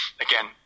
again